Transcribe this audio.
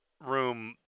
Room